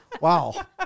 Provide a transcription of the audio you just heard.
Wow